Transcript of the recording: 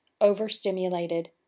overstimulated